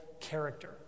character